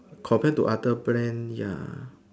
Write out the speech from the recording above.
compared to other brand